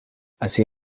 así